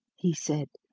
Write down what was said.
he said.